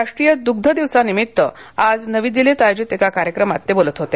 राष्ट्रीय दुग्ध दिवसानिमित्त आज नवी दिल्लीत आयोजित एका कार्यक्रमात ते बोलत होते